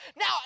now